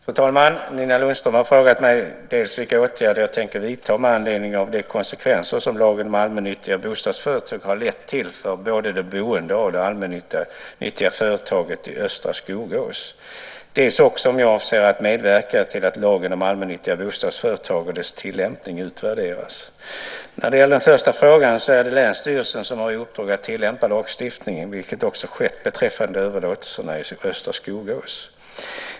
Fru talman! Nina Lundström har frågat mig dels vilka åtgärder jag tänker vidta med anledning av de konsekvenser som lagen om allmännyttiga bostadsföretag har lett till för både de boende och det allmännyttiga bostadsföretaget i östra Skogås, dels också om jag avser att medverka till att lagen om allmännyttiga bostadsföretag och dess tillämpning utvärderas. När det gäller den första frågan är det länsstyrelsen som har i uppdrag att tillämpa lagstiftningen, vilket också skett beträffande överlåtelserna i östra Skogås.